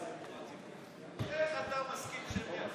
איך אתה מסכים,